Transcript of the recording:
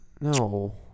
No